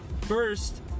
first